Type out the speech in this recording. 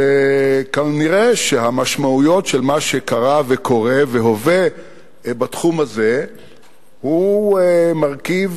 כנראה שהמשמעויות של מה שקרה וקורה והווה בתחום הזה הן מרכיב